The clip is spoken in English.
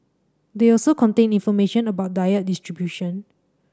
they also contain information about diet distribution